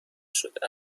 شده